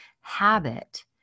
habit